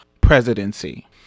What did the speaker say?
presidency